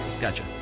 Gotcha